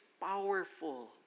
powerful